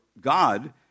God